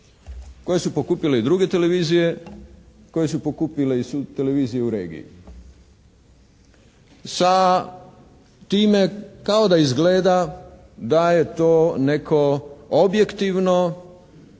koje su pokupile i druge televizije, koje su pokupile i televizije u regiji. Sa time kao da izgleda da je to neko objektivno